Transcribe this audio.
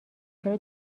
چرا